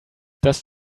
does